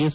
S